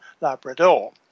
Labrador